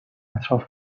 اطراف